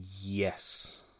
Yes